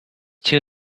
too